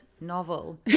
novel